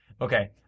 Okay